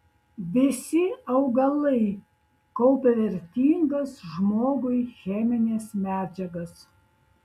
visi augalai kaupia vertingas žmogui chemines medžiagas